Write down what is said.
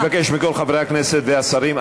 אני מבקש מכל חברי הכנסת והשרים,